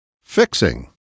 Fixing